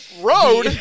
road